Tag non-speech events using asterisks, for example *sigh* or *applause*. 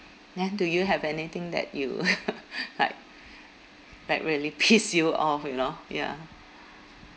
then do you have anything that you *laughs* like like really pissed you off you know ya